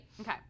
Okay